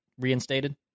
reinstated